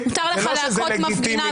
מותר לך להכות מפגינה בישראל היום.